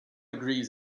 agrees